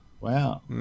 Wow